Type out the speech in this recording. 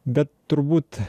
bet turbūt